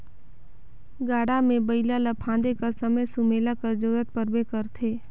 गाड़ा मे बइला ल फादे कर समे सुमेला कर जरूरत परबे करथे